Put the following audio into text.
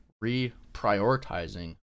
re-prioritizing